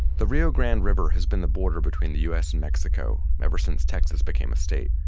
the rio grande river has been the border between the us and mexico ever since texas became a state.